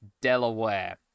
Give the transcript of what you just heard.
Delaware